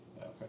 Okay